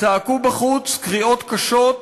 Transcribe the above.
צעקו בחוץ קריאות קשות,